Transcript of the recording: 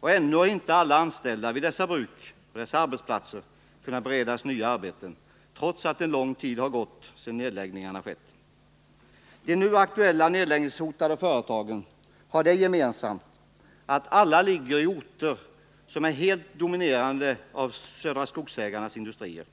och ännu har inte alla anställda vid dessa arbetsplatser kunnat beredas nya arbeten, trots att lång tid har gått sedan nedläggningarna skett. De nu aktuella nedläggningshotade företagen har det gemensamt att alla ligger i orter som är helt dominerade av Södra Skogsägarnas industrier.